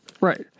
Right